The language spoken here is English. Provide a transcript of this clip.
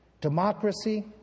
Democracy